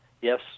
Yes